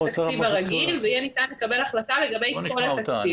התקציב הרגיל ויהיה ניתן לקבל החלטה לגבי כל התקציב.